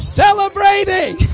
celebrating